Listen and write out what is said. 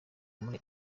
muri